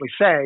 say